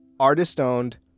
Artist-owned